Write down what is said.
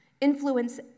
influence